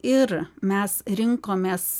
ir mes rinkomės